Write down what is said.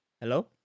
Hello